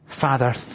Father